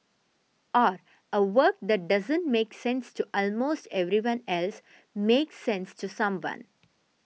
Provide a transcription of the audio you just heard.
or a work that doesn't make sense to almost everyone else makes sense to someone